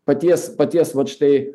paties paties vat štai